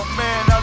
man